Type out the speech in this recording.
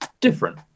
different